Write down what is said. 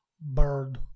Bird